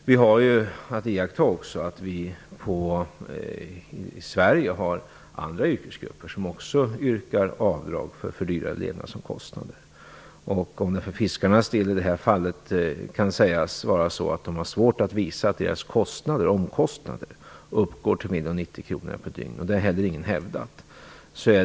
Vi har också att iaktta att vi i Sverige har andra yrkesgrupper som också yrkar avdrag för fördyrade levnadsomkostnader. Om det för fiskarnas del kan sägas att de har svårt att visa att deras omkostnader uppgår till mer än 90 kr per dygn har ingen hävdat.